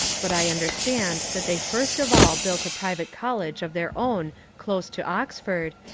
but i understand that they first of all built a private college of their own close to oxford,